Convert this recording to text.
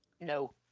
No